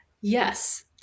Yes